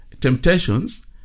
temptations